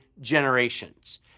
generations